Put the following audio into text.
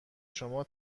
شما